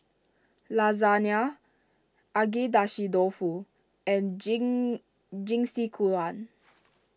Lasagne Agedashi Dofu and Jing Jingisukan